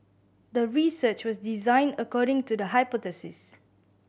the research was designed according to the hypothesis